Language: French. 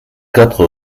quatre